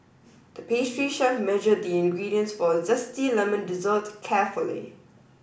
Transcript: the pastry chef measured the ingredients for a zesty lemon dessert carefully